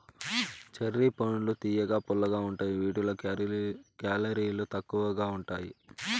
cherry పండ్లు తియ్యగా, పుల్లగా ఉంటాయి వీటిలో కేలరీలు తక్కువగా ఉంటాయి